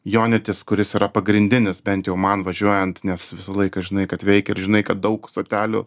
jonitis kuris yra pagrindinis bent jau man važiuojant nes visą laiką žinai kad veikia ir žinai kad daug stotelių